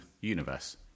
universe